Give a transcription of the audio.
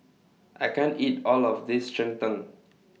I can't eat All of This Cheng Tng